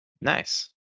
Nice